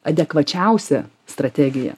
adekvačiausia strategija